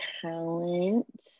talent